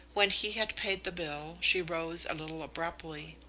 when he had paid the bill, she rose a little abruptly.